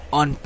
on